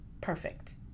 perfect